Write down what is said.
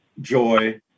joy